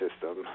system